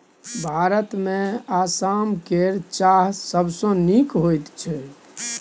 भारतमे आसाम केर चाह सबसँ नीक होइत छै